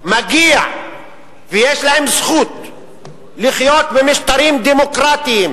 מגיע ויש להם זכות לחיות במשטרים דמוקרטיים,